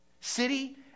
city